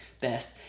best